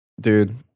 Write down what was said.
Dude